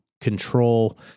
control